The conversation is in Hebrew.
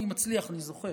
אני מצליח, אני זוכר.